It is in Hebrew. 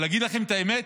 ולהגיד לכם את האמת,